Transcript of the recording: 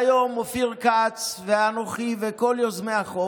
היום אופיר כץ ואנוכי וכל יוזמי החוק